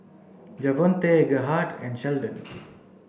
Javonte Gerhardt and Sheldon